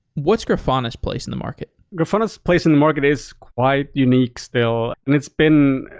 what's grafana's place in the market? grafana's place in the market is quite unique still, and it's been